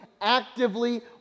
actively